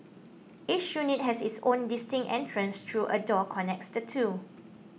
each unit has its own distinct entrance though a door connects the two